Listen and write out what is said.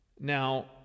Now